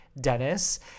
dennis